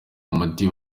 umuti